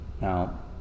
Now